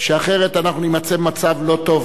שאחרת אנחנו נימצא במצב לא טוב.